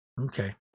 okay